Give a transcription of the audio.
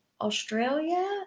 Australia